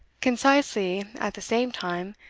concisely at the same time,